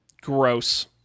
Gross